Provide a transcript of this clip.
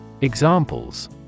Examples